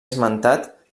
esmentat